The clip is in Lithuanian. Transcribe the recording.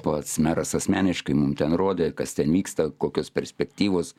pats meras asmeniškai mum ten rodė kas ten vyksta kokios perspektyvos